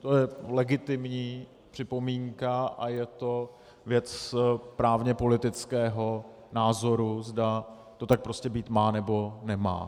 To je legitimní připomínka a je to věc právněpolitického názoru, zda to tak prostě být má, nebo nemá.